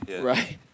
Right